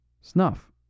snuff